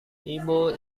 ibu